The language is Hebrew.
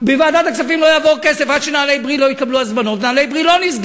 הכספים עד ש"פרי הגליל" ייפתח חזרה,